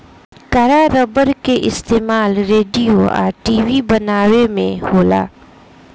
कड़ा रबड़ के इस्तमाल रेडिओ आ टी.वी बनावे में होला